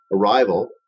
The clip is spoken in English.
arrival